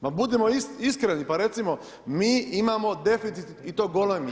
Pa budimo iskreni pa recimo, mi imamo deficit i to golemi.